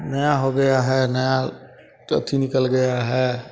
नया हो गया है नया अथि निकल गया है